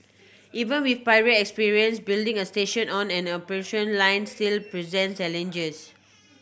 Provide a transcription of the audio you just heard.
even with prior experience building a station on an operation line still presents challenges